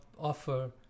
offer